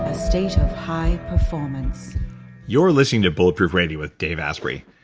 ah state of high performance you're listening to bulletproof radio with dave asprey.